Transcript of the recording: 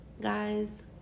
guys